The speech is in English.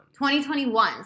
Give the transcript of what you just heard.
2021